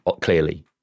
Clearly